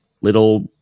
little